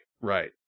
right